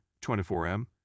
24M